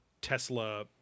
Tesla